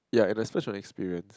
ya and I splurge on experience